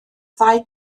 ddau